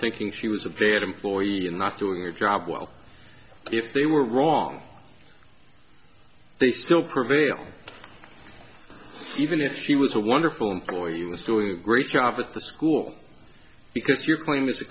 thinking she was a bad employee not doing their job well if they were wrong they still prevail even if she was a wonderful employee was doing a great job at the school because your claim is a